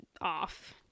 off